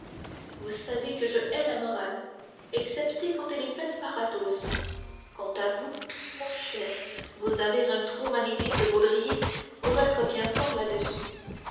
vous savez que je hais la morale excepté quand elle est faite par athos quant à vous mon cher vous avez un trop magnifique baudrier pour être bien fort làdessus